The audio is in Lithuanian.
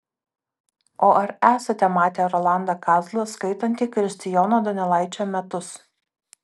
o ar esate matę rolandą kazlą skaitantį kristijono donelaičio metus